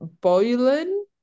boiling